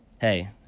Hey